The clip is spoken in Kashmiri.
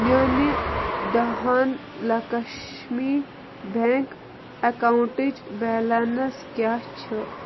میٛانہِ دَہَن لَکشمی بٮ۪نٛک اٮ۪کاوُنٹٕچ بیلَنٕس کیٛاہ چھِ